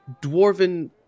dwarven